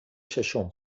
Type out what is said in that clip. ششم